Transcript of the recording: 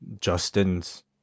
Justin's